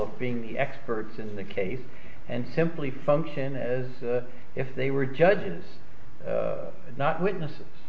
of being the experts in the case and simply function as if they were judges and not witnesses